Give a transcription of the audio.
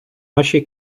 нашій